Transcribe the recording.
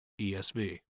ESV